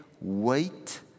wait